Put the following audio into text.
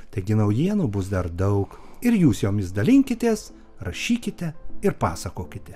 taigi naujienų bus dar daug ir jūs jomis dalinkitės rašykite ir pasakokite